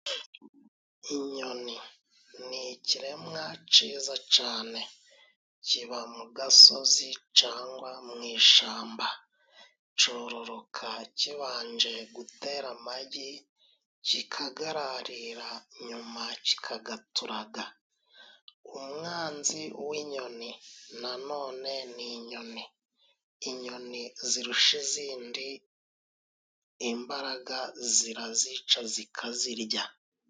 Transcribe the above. Inyoni ni ikiremwa ciza cane. Kiba mu gasozi cangwa mu ishamba. Cororoka kibanje gutera amagi, kikagararira nyuma kikagaturaga. Umwanzi w'inyoni na none ni inyoni. Inyoni zirusha izindi imbaraga zirazica zikazirya.